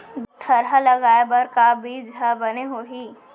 थरहा लगाए बर का बीज हा बने होही?